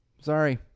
Sorry